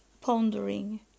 pondering